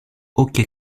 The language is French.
hockey